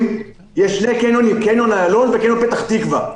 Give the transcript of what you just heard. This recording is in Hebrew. שהם חושבים שצריך לקיים אותם כאשר פותחים קניונים.